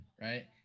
Right